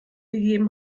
gegeben